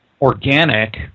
organic